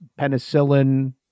penicillin